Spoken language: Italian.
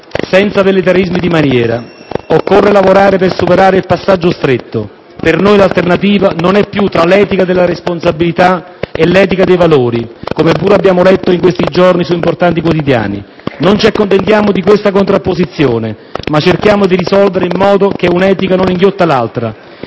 senza velleitarismi di maniera. Occorre lavorare per superare il passaggio stretto. Per noi l'alternativa non è più tra l'etica della responsabilità e l'etica dei valori, come pure abbiamo letto in questi giorni su importanti quotidiani. Non ci accontentiamo di questa contrapposizione, ma cerchiamo di risolverla in modo che un'etica non inghiotta l'altra.